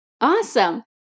Awesome